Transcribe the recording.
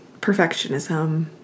perfectionism